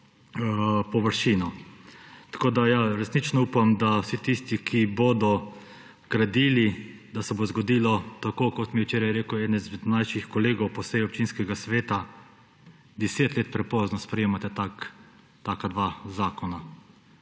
površino. Tako resnično upam, da vsi tisti, ki bodo gradili, da se bo zgodilo tako, kot mi je včeraj rekel eden izmed mlajših kolegov po seji občinskega sveta, da 10 let prepozno sprejemate taka dva zakona.